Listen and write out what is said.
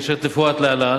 אשר תפורט להלן,